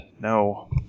No